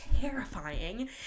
terrifying